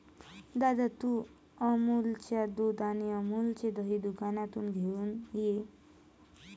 दादा, तू अमूलच्या दुध आणि अमूलचे दही दुकानातून घेऊन ये